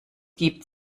gibt